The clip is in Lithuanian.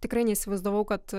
tikrai neįsivaizdavau kad